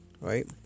right